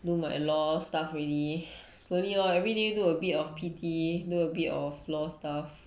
do my law stuff already slowly lor everyday do a bit of P_T do a bit of law stuff